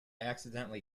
accidentally